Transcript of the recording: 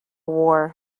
war